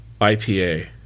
IPA